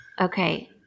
Okay